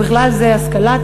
ובכלל זה השכלה,